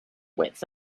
width